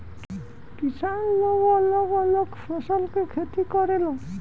किसान लोग अलग अलग फसल के खेती करेलन